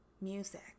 music